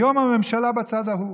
היום הממשלה בצד ההוא